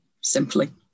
simply